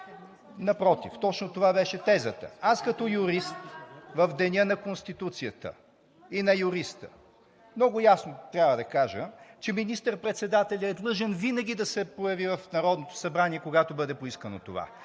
Напротив, точно това беше тезата. Аз като юрист в Деня на Конституцията и на юриста много ясно трябва да кажа, че министър-председателят е длъжен винаги да се появи в Народното събрание, когато бъде поискано това.